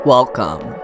Welcome